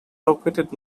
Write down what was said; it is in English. located